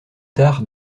tard